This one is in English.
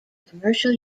commercial